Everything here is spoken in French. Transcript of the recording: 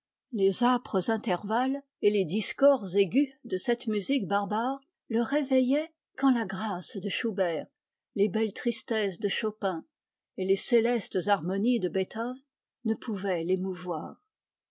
les âpres intervalles et les discords aigus de cette musique barbare le réveillaient quand la grâce de schubert les belles tristesses de chopin et les célestes harmonies de beethoven ne pouvaient l'émouvoir